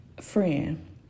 friend